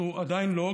אנחנו עדיין לא,